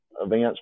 events